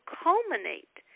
culminate